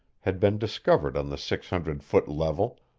had been discovered on the six-hundred-foot level,